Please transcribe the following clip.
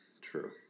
true